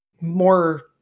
more